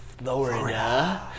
Florida